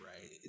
right